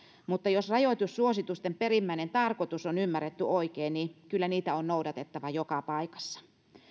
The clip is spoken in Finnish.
jos kuitenkin rajoitussuositusten perimmäinen tarkoitus on ymmärretty oikein niin kyllä niitä on noudatettava joka paikassa